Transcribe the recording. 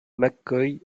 mccoy